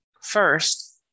First